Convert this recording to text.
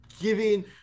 giving